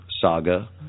saga